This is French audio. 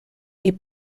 est